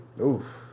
Oof